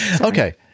okay